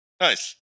Nice